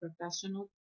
professional